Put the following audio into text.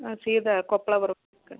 ನಾವು ಸೀದಾ ಕೊಪ್ಪಳ ಬರ್ಬೇಕು